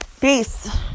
Peace